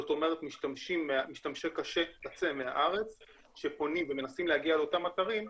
זאת אומרת משתמשי קצה מהארץ שפונים ומנסים להגיע לאותם אתרים,